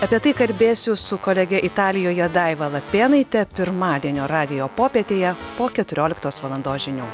apie tai kalbėsiu su kolege italijoje daiva lapėnaite pirmadienio radijo popietėje po keturioliktos valandos žinių